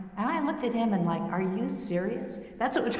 and i and looked at him and like, are you serious? that's what,